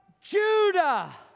Judah